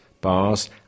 bars